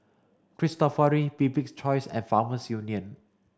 Cristofori Bibik's Choice and Farmers Union